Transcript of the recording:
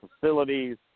facilities